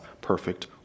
perfect